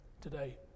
today